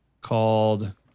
called